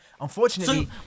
Unfortunately